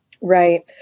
Right